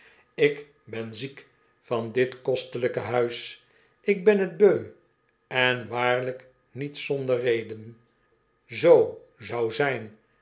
ik ben ziek van dit kostelijke huis ik ben t beu en waarlijk niet zonder reden zoo zou zijn